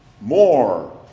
more